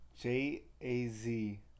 j-a-z